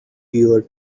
your